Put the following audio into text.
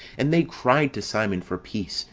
and they cried to simon for peace,